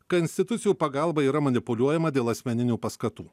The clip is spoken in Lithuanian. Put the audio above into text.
konstitucijų pagalba yra manipuliuojama dėl asmeninių paskatų